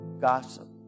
Gossip